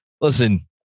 Listen